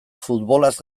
futbolaz